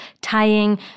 tying